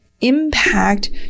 impact